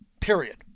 period